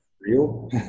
real